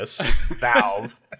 Valve